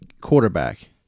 quarterback